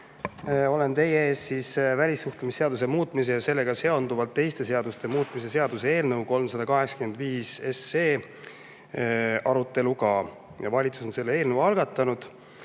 Olen teie ees välissuhtlemisseaduse muutmise ja sellega seonduvalt teiste seaduste muutmise seaduse eelnõuga 385. Valitsus on selle eelnõu algatanud.